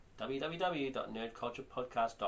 www.nerdculturepodcast.com